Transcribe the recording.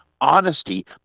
Honesty